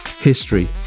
history